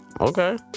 Okay